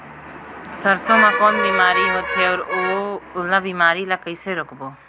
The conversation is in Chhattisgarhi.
सरसो मा कौन बीमारी होथे अउ ओला बीमारी ला कइसे रोकबो?